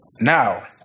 Now